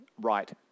right